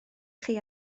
chi